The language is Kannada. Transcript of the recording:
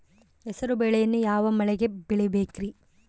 ಹೆಸರುಬೇಳೆಯನ್ನು ಯಾವ ಮಳೆಗೆ ಬೆಳಿಬೇಕ್ರಿ?